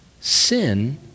sin